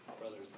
brothers